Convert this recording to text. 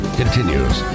continues